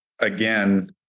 again